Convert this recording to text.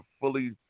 fully-